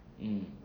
mm